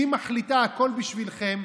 שמחליטה הכול בשבילכם.